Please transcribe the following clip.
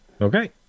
Okay